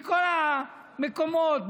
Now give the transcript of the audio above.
מכל המקומות,